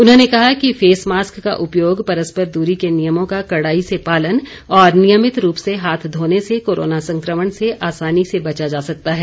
उन्होंने कहा कि फेस मास्क का उपयोग परस्पर दूरी के नियमों का कड़ाई से पालन और नियमित रूप से हाथ धोने से कोरोना संक्रमण से आसानी से बचा जा सकता है